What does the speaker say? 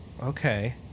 Okay